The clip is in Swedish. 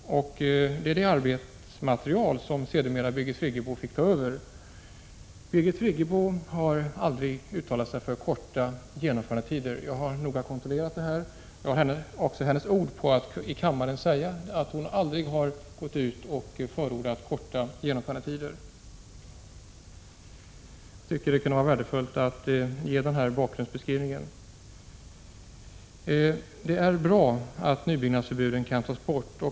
Det var detta arbetsmaterial som Birgit Friggebo sedermera fick ta över. Birgit Friggebo har aldrig uttalat sig för korta genomförandetider. Jag har 49 noga kontrollerat detta, och jag har också hennes ord på att jag här i kammaren kan säga att hon aldrig förordat korta genomförandetider. Jag tyckte att det kunde vara värdefullt att ge denna korta bakgrundsbeskrivning. Det är bra att nybyggnadsförbuden kan tas bort.